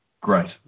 Great